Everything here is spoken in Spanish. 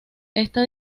esta